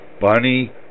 bunny